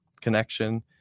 connection